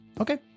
Okay